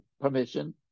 permission